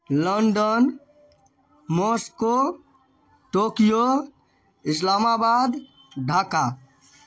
London Moscow Tokyo Islamabad Dhaka